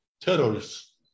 terrorists